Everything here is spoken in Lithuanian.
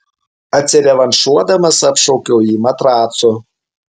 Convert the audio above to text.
atsirevanšuodamas apšaukiau jį matracu